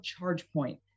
ChargePoint